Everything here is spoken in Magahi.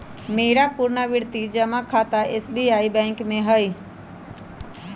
मेरा पुरनावृति जमा खता एस.बी.आई बैंक में हइ